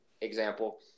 example